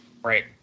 Right